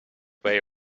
way